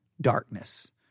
darkness